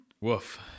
Woof